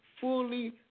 fully